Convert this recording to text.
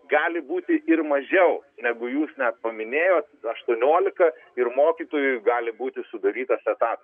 gali būti ir mažiau negu jūs net paminėjot aštuoniolika ir mokytojui gali būti sudarytas etata